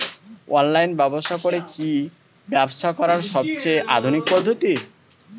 Online ব্যবসা করে কি ব্যবসা করার সবথেকে আধুনিক পদ্ধতি?